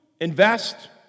invest